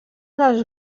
dels